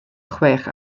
chwech